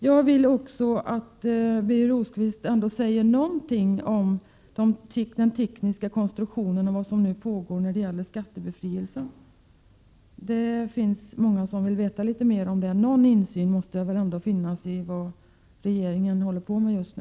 Jag vill att Birger Rosqvist säger något om den tekniska konstruktion och om vad som nu pågår när det gäller skattebefrielse. Det är många som vill veta litet mer om detta. Någon insyn måste väl ändå få finnas i vad regeringen håller på med just nu.